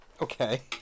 Okay